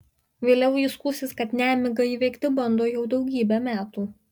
vėliau ji skųsis kad nemigą įveikti bando jau daugybę metų